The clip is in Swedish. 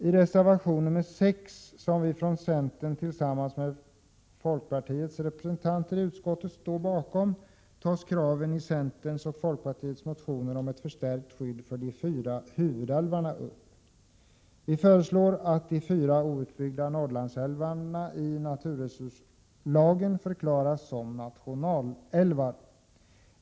I reservation 6, som vi från centern tillsammans med folkpartiets representanter i utskottet står bakom, tas upp kraven i centerns och folkpartiet, motioner om ett förstärkt skydd för de fyra huvudälvarna. Vi föreslår att de fyra outbyggda Norrlandsälvarna förklaras som nationalälvar i naturresurslagen.